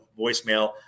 voicemail